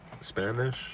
Spanish